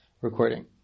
recording